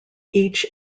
each